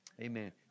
Amen